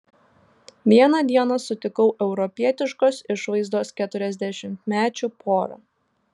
vieną dieną sutikau europietiškos išvaizdos keturiasdešimtmečių porą